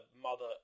Mother